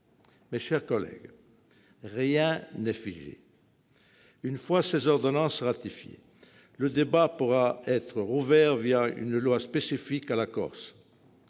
Mes chers collègues, rien n'est figé. Une fois ces ordonnances ratifiées, le débat pourra être rouvert une loi spécifique à la Corse.